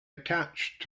attached